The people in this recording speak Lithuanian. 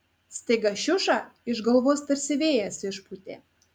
staiga šiušą iš galvos tarsi vėjas išpūtė